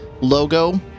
logo